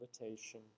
invitation